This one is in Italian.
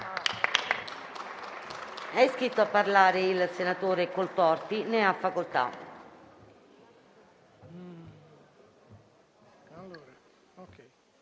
grazie.